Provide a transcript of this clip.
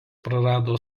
prarado